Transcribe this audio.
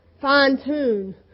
Fine-tune